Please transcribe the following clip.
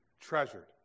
treasured